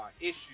issues